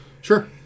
Sure